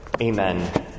Amen